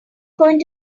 going